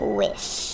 wish